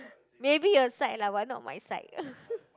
maybe your side lah but not my side